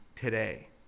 today